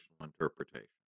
interpretation